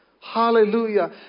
Hallelujah